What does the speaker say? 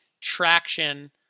traction